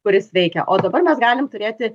kuris veikia o dabar mes galim turėti